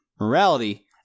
Morality